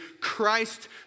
Christ